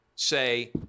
say